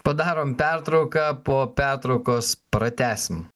padarom pertrauką po pertraukos pratęsim